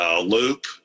loop